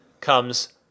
comes